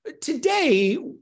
Today